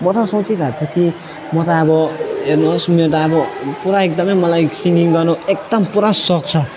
म त सोचिरहन्छु कि म त अब हेर्नुहोस् मेरो त अब पुरा एकदमै मलाई सिङगिङ गर्नु एकदम पुरा सोख छ